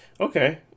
Okay